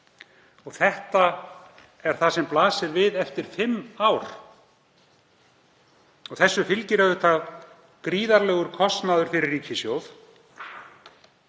Þetta er það sem blasir við eftir fimm ár. Því fylgir auðvitað gríðarlegur kostnaður fyrir ríkissjóð.